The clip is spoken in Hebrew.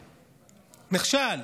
נכשל.